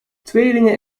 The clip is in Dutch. tweelingen